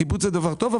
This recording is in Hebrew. קיבוץ זה דבר טוב.